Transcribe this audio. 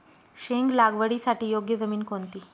शेंग लागवडीसाठी योग्य जमीन कोणती?